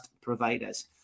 providers